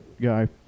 guy